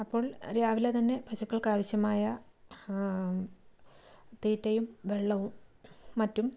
അപ്പോൾ രാവിലെ തന്നെ പശുക്കൾക്ക് ആവിശ്യമായ തീറ്റയും വെള്ളവും മറ്റും